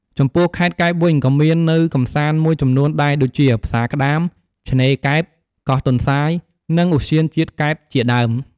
ចំពោះខេត្តកែបវិញក៏មាននៅកម្សាន្តមួយចំនួនដែរដូចជា ផ្សារក្ដាម ឆ្នេរកែប កោះទន្សាយ និងឧទ្យានជាតិកែបជាដើម។